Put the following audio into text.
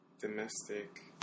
Domestic